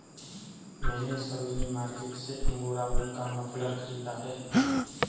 मैने सरोजिनी मार्केट से अंगोरा ऊन का मफलर खरीदा है